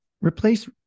replace